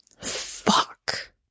Fuck